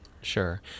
sure